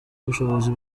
ubushobozi